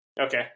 Okay